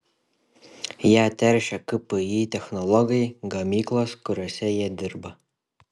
ją teršia kpi technologai gamyklos kuriose jie dirba